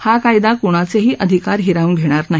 हा कायदा क्णाचेही अधिकार हिरावून घेणार नाही